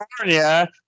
California